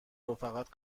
رفیقات